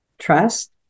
trust